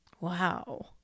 Wow